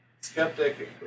skeptic